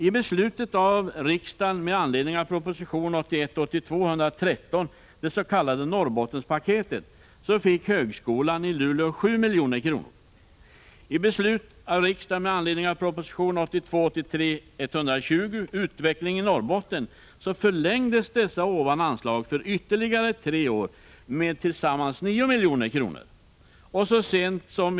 I beslutet av riksdagen med anledning av proposition 1981/82:113, det s.k. Norrbottenspaketet, fick högskolan i Luleå 7 milj.kr.